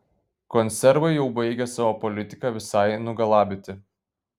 konservai jau baigia savo politika visai nugalabyti